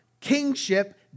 kingship